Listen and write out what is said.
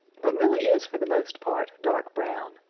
but really is for the most part dark brown.